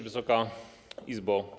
Wysoka Izbo!